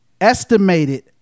estimated